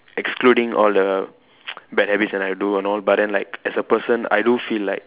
excluding all the bad habits that I do and all but than like as a person I do feel like